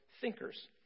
thinkers